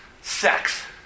sex